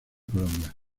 colombia